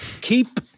Keep